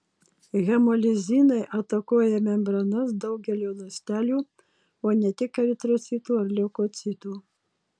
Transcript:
hemolizinai atakuoja membranas daugelio ląstelių o ne tik eritrocitų ar leukocitų